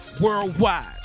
worldwide